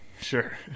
Sure